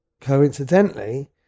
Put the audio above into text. coincidentally